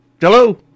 hello